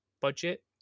budget